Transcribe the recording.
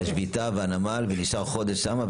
יש שביתה בנמל ונשאר חודש שם,